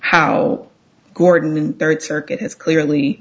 how gordon third circuit has clearly